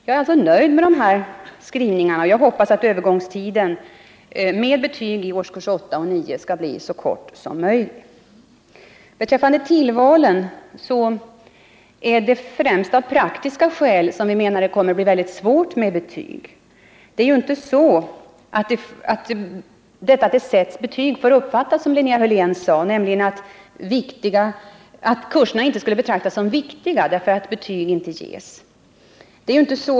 Jag är därför nöjd med dessa skrivningar och hoppas, att övergångstiden med betyg i årskurserna 8 och 9 skall bli så kort som möjlig. Beträffande tillvalen är det främst av praktiska skäl som vi menar att det blir mycket svårt med betyg. Det bör inte — som Linnea Hörlén gjorde gällande — uppfattas så att kurserna betraktas som mindre viktiga därför att betyg inte ges.